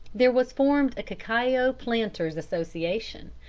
there was formed a cacao planters' association,